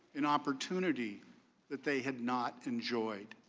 and opportunity that they had not enjoyed.